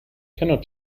cannot